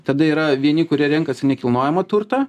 tada yra vieni kurie renkasi nekilnojamą turtą